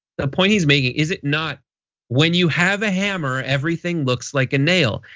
the point he's making, is it not when you have a hammer everything looks like a nail.